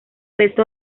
resto